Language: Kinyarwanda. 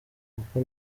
kuko